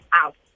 out